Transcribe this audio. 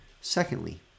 secondly